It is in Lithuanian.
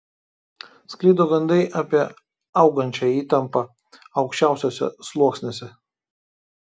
sklido gandai apie augančią įtampą aukščiausiuose sluoksniuose